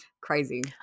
crazy